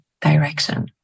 direction